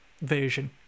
Version